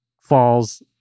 falls